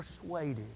persuaded